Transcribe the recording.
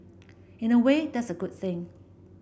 in a way that's a good thing